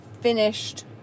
finished